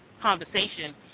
conversation